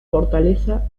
fortaleza